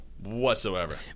whatsoever